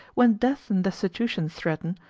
when death and destitution threaten,